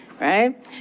right